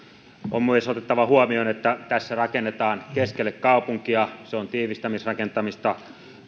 on myös otettava huomioon että tässä rakennetaan keskelle kaupunkia se on tiivistämisrakentamista